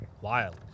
Wild